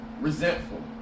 resentful